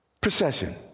procession